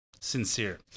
sincere